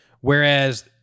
Whereas